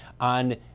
on